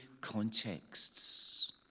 contexts